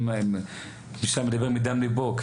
מישאל מדבר מדם ליבו.